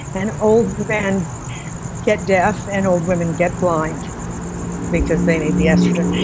and old men get deaf, and old women get blind because they need the estrogen.